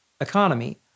economy